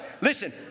listen